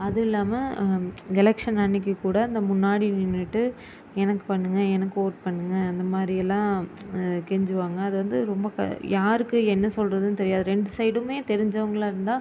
அதுவும் இல்லாமல் எலெக்ஷன் அன்றைக்கி கூட இந்த முன்னாடி நின்றுட்டு எனக்கு பண்ணுங்கள் எனக்கு வோட் பண்ணுங்கள் அந்த மாதிரி எல்லாம் கெஞ்சுவாங்க அது வந்து ரொம்ப யாருக்கு என்ன சொல்கிறதுன்னு தெரியாது ரெண்டு சைடுமே தெரிஞ்சவங்களாக இருந்தால்